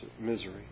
misery